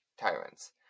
tyrants